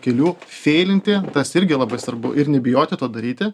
kelių feilinti tas irgi labai svarbu ir nebijoti to daryti